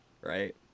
right